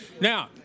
Now